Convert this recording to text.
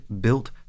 built